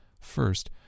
First